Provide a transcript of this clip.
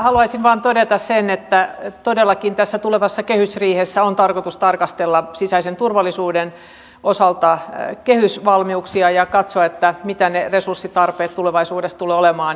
haluaisin vain todeta sen että todellakin tässä tulevassa kehysriihessä on tarkoitus tarkastella sisäisen turvallisuuden osalta kehysvalmiuksia ja katsoa mitä ne resurssitarpeet tulevaisuudessa tulevat olemaan